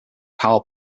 power